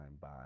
Bye